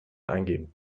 eingeben